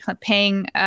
paying –